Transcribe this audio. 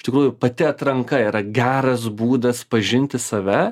iš tikrųjų pati atranka yra geras būdas pažinti save